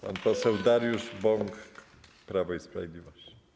Pan poseł Dariusz Bąk, Prawo i Sprawiedliwość.